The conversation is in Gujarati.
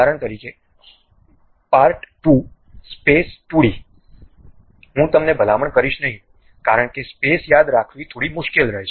ઉદાહરણ તરીકે પાર્ટ 2 સ્પેસ 2 ડી હું તમને ભલામણ કરીશ નહીં કારણ કે સ્પેસ યાદ રાખવી થોડી મુશ્કેલ રહેશે